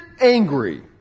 angry